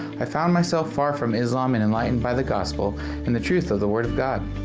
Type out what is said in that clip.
i found myself far from islam and enlighten by the gospel and the truth of the word of god.